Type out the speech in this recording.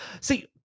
See